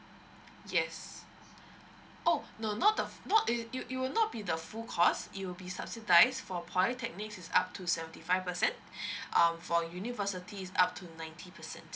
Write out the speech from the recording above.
yes oh no not the not it it will not be the full cost you be subsidized for polytechnic is up to seventy five percent um for university is up to ninety percent